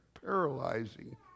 paralyzing